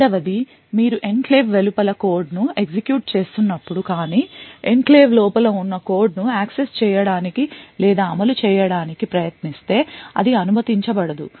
రెండవ ది మీరు ఎన్క్లేవ్ వెలుపల కోడ్ను ఎగ్జిక్యూట్ చేస్తున్నప్పుడు కానీ ఎన్క్లేవ్ లోపల ఉన్న కోడ్ను యాక్సెస్ చేయడానికి లేదా అమలు చేయడానికిప్రయత్నిస్తే అది అనుమతించబడదు